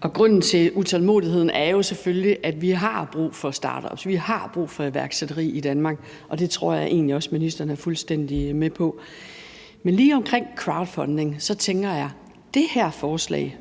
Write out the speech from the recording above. Grunden til utålmodigheden er jo selvfølgelig, at vi har brug for startups, vi har brug for iværksætteri i Danmark, og det tror jeg egentlig også at ministeren er fuldstændig med på. Men lige omkring crowdfunding tænker jeg, at det her forslag